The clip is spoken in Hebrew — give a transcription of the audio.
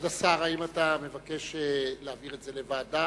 כבוד השר, האם אתה מבקש להעביר את הנושא לוועדה?